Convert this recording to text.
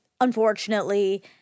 unfortunately